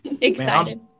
Excited